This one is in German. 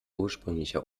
ursprünglicher